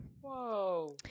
Whoa